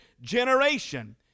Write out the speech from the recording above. generation